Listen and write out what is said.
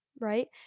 right